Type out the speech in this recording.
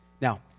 Now